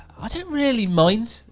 ah don't really mind,